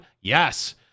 Yes